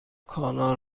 کانال